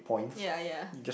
ya ya